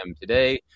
today